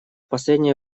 последнее